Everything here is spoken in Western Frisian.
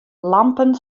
lampen